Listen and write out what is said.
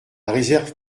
réserve